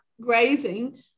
grazing